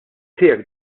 tiegħek